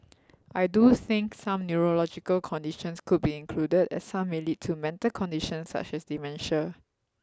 I do think some neurological conditions could be included as some may lead to mental conditions such as dementia